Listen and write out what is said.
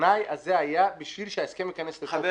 התנאי הזה היה בשביל שההסכם ייכנס לתוקף